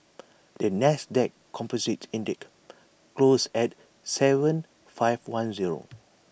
the Nasdaq composite index closed at Seven five one zero